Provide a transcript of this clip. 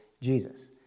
Jesus